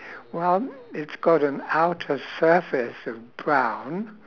well it's got an outer surface of brown